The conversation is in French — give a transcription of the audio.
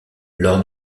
lors